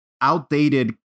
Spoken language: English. outdated